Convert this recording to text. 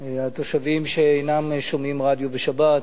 התושבים שאינם שומעים רדיו בשבת,